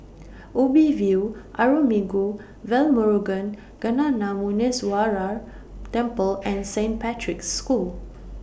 Ubi View Arulmigu Velmurugan Gnanamuneeswarar Temple and Saint Patrick's School